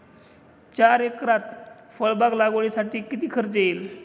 चार एकरात फळबाग लागवडीसाठी किती खर्च येईल?